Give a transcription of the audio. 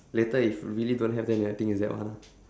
later if really don't have then I think is that one ah